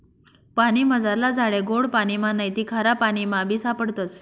पानीमझारला झाडे गोड पाणिमा नैते खारापाणीमाबी सापडतस